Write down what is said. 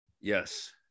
Yes